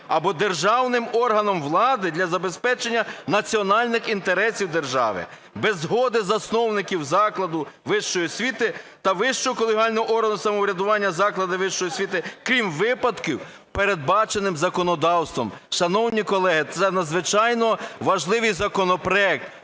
або державним органам влади для забезпечення національних інтересів держави без згоди засновників закладу вищої освіти та вищого колегіального органу самоврядування закладу вищої освіти, крім випадків передбачених законодавством. Шановні колеги, це надзвичайно важливий законопроект.